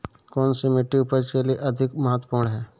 कौन सी मिट्टी उपज के लिए अधिक महत्वपूर्ण है?